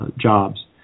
jobs